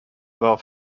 war